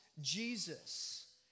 Jesus